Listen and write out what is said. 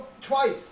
twice